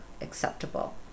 acceptable